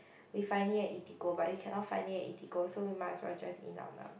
we finding at Eatigo but we cannot find it at Eatigo so we might as well just eat Nam-Nam